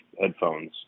headphones